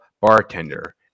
bartender